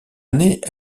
année